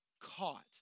caught